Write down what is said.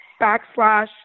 backslash